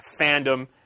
fandom